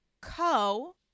co